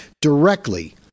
directly